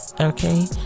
Okay